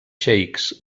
xeics